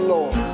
Lord